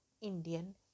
Indian